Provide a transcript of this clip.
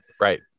Right